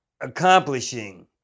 accomplishing